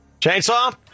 Chainsaw